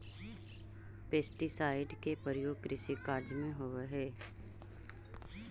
pesticide के प्रयोग कृषि कार्य में होवऽ हई